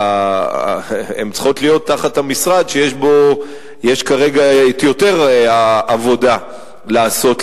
הן צריכות להיות תחת המשרד שבו יש כרגע יותר עבודה לעשות,